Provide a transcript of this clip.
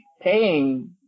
paying